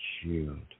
shield